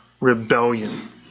rebellion